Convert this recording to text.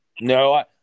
No